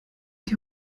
die